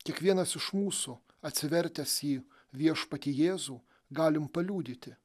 kiekvienas iš mūsų atsivertęs į viešpatį jėzų galim paliudyti